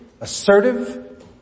assertive